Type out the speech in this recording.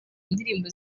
indirimbo